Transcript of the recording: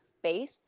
space